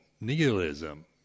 nihilism